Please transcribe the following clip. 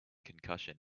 concussion